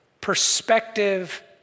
perspective